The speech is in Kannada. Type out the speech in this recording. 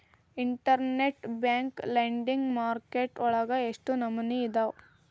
ಇನ್ಟರ್ನೆಟ್ ಬ್ಯಾಂಕ್ ಲೆಂಡಿಂಗ್ ಮಾರ್ಕೆಟ್ ವಳಗ ಎಷ್ಟ್ ನಮನಿಅದಾವು?